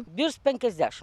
virš penkiasdešim